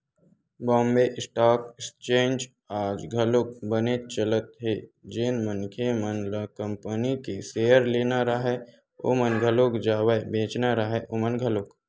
Bombay stock exchange आज घलोक बनेच चलत हे जेन मनखे मन ल कंपनी के सेयर लेना राहय ओमन घलोक जावय बेंचना राहय ओमन घलोक